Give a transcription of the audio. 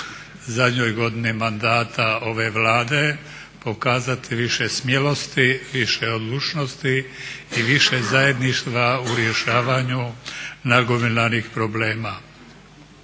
u ovoj godini mandata ove Vlade pokazati više smjelosti, više odlučnosti i više zajedništva u rješavanju nagomilanih problema.